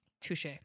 Touche